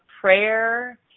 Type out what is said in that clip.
prayer